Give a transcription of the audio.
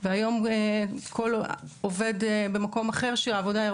והיום כל עובד במקום אחר שהעבודה היא